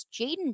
Jaden